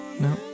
no